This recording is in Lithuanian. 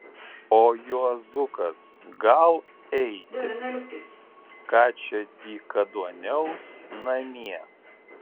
o juozukas gal eiti ką čia dykaduoniaus namie